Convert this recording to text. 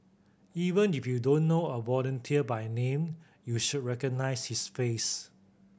even if you don't know a volunteer by name you should recognise his face